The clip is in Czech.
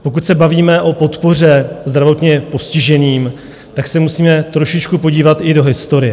Pokud se bavíme o podpoře zdravotně postiženým, tak se musíme trošičku podívat i do historie.